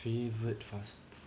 favourite fast food